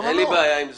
אין לי בעיה עם זה.